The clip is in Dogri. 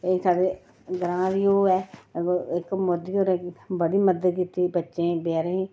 एह् साढ़े ग्रांऽ दी ओह् ऐ इक मोदी होरें बड़ी मदद कीती दी बच्चें दी बचैरें दी